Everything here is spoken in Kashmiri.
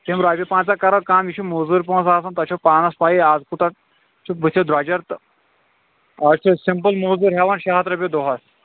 تِم رۄپیہِ پنژاہ کرو کم یہِ چھُ موٗزورۍ پونٛسہٕ آسان تۄہہِ چھَو پانَس پَیی آز کوٗتاہ چھِ بٕتھِ درۄجَر تہٕ آز چھِ سِمپل مزوٗر ہیٚوان شے ہَتھ رۄپہِ دۄہ س